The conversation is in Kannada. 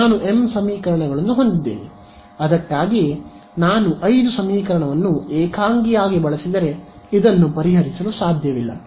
ನಾನು m ಸಮೀಕರಣಗಳನ್ನು ಹೊಂದಿದ್ದೇನೆ ಅದಕ್ಕಾಗಿಯೇ ನಾನು 5 ಸಮೀಕರಣವನ್ನು ಏಕಾಂಗಿಯಾಗಿ ಬಳಸಿದರೆ ಇದನ್ನು ಪರಿಹರಿಸಲು ಸಾಧ್ಯವಿಲ್ಲ